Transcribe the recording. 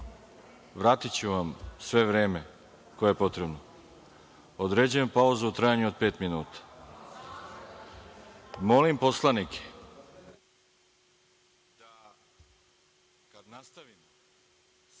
vratiću vam sve vreme koje je potrebno. Određujem pauzu u trajanju od pet minuta. Molim poslanike